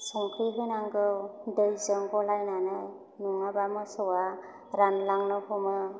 संख्रै होनांगौ दैजों गलायनानै नङाबा मोसौआ रानलांनो हमो